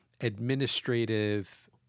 administrative